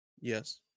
Yes